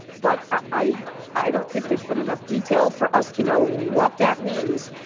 but i i don't think there's been enough detail for us to know what that means.